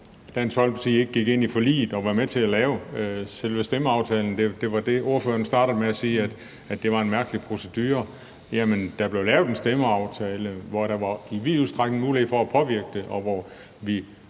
Dansk Folkeparti ikke gik ind i forliget og var med til at lave selve stemmeaftalen. Det var det, ordføreren startede med at sige, altså at det var en mærkelig procedure. Jamen der blev lavet en stemmeaftale, hvor der i vid udstrækning var mulighed for at påvirke det, og hvor vi